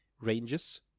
ranges